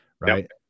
Right